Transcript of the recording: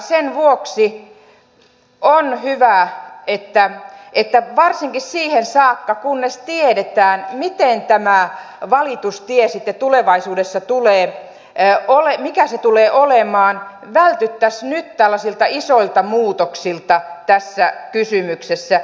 sen vuoksi on hyvä että varsinkin siihen saakka kunnes tiedetään mikä valitustie sitten tulevaisuudessa tulee enää ole mikä se tulee olemaan vältyttäisiin nyt tällaisilta isoilta muutoksilta tässä kysymyksessä